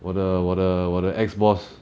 我的我的我的 ex-boss